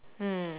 mm